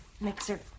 mixer